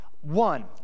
One